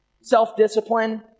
Self-discipline